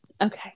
Okay